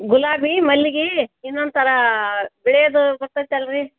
ಗುಲಾಬಿ ಮಲ್ಲಿಗೆ ಇನ್ನೊಂಥರಾ ಬಿಳಿಯದು ಬರ್ತದಲ್ರಿ